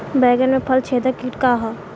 बैंगन में फल छेदक किट का ह?